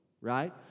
right